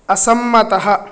असम्मतः